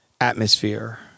atmosphere